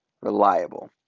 reliable